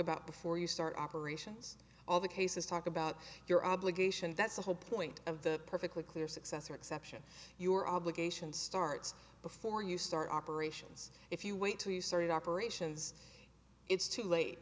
about before you start operations all the cases talk about your obligation that's the whole point of the perfectly clear successor exception your obligation starts before you start operations if you wait till you started operations it's too late